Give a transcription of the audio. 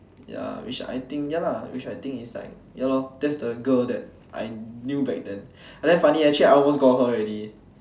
ya which I think ya lah which I think it's like ya lor that's the girl that I knew back then but then funny actually I almost got her already